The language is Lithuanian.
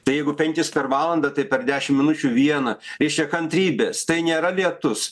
tai jeigu penkis per valandą tai per dešim minučių vieną reiškia kantrybės tai nėra lietus